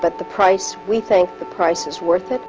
but the price we think the price is worth it